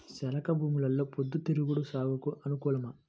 చెలక భూమిలో పొద్దు తిరుగుడు సాగుకు అనుకూలమా?